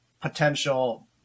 potential